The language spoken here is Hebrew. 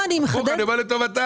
אני בא לטובתם.